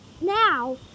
now